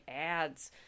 ads